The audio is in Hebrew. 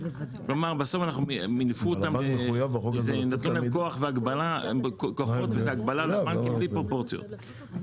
כלומר נתנו להם כוחות וזה הגבלה לבנקים בלי פרופורציות.